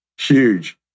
huge